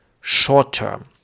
short-term